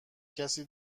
کسی